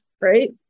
right